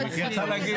גם אצלכם.